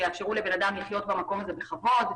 שיאפשרו לבן אדם לחיות במקום הזה בכבוד.